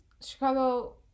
Chicago